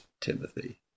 Timothy